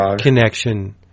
connection